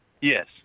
Yes